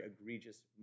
egregious